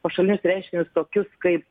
pašalinius reiškinius tokius kaip